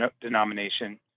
denomination